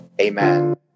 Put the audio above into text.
Amen